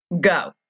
Go